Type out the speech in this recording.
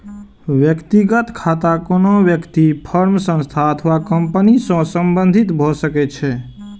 व्यक्तिगत खाता कोनो व्यक्ति, फर्म, संस्था अथवा कंपनी सं संबंधित भए सकै छै